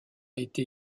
été